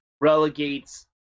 relegates